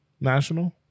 National